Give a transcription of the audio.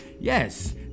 Yes